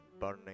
burning